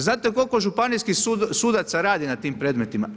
Znate koliko županijskih sudaca radi na tim predmetima?